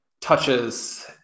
touches